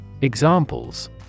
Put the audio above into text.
Examples